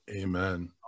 Amen